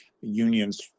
unions